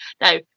Now